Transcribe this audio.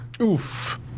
Oof